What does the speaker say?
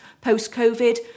post-COVID